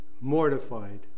mortified